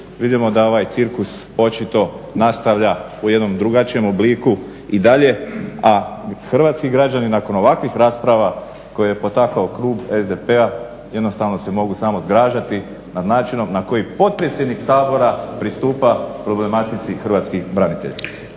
vidimo da ovaj cirkus očito nastavlja u jednom drugačijem obliku i dalje, a hrvatski građani nakon ovakvih rasprava koje je potakao krug SDP-a jednostavno se mogu samo zgražati nad načinom na koji potpredsjednik Sabora pristupa problematici hrvatskih branitelja.